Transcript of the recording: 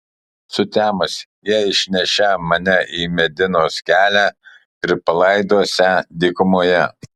sutemus jie išnešią mane į medinos kelią ir palaidosią dykumoje